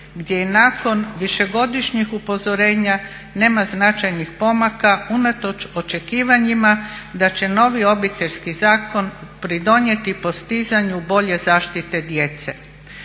gdje i nakon višegodišnjih upozorenja nema značajnih pomaka unatoč očekivanjima da će novi Obiteljski zakon pridonijeti postizanju bolje zaštite djece.